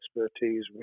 expertise